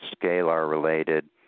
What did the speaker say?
scalar-related